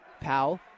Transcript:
Powell